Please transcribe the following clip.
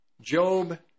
Job